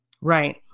Right